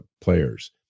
players